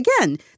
again